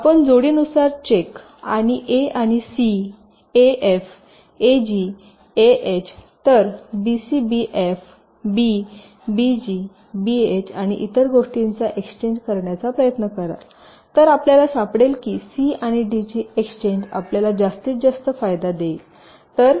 आपण जोडीनुसार चेक आणि ए आणि C A F A G A H तर बीसीबीएफ बी बीजी बीएच आणि इतर गोष्टींचा एक्सचेंज करण्याचा प्रयत्न कराल तर आपल्याला सापडेल की सी आणि डीची एक्सचेंज आपल्याला जास्तीत जास्त फायदा देईल